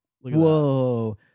Whoa